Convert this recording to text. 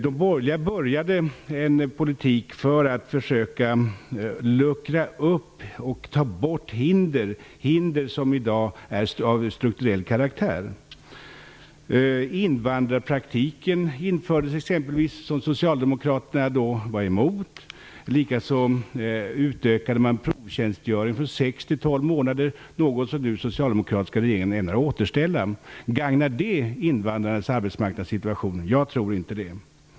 De borgerliga började en politik för att försöka luckra upp och ta bort hinder, hinder som i dag är av strukturell karaktär. Invandrarpraktiken infördes exempelvis, som socialdemokraterna var emot. Likaså utökade man provtjänstgöringen från 6 till 12 månader, något som den socialdemokratiska regeringen nu ämnar återställa. Gagnar det invandrarnas arbetsmarknadssituation? Jag tror inte det.